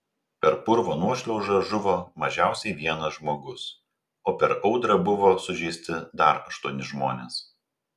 per purvo nuošliaužą žuvo mažiausiai vienas žmogus o per audrą buvo sužeisti dar aštuoni žmonės